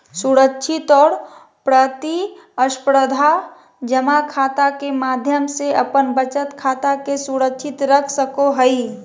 सुरक्षित और प्रतिस्परधा जमा खाता के माध्यम से अपन बचत के सुरक्षित रख सको हइ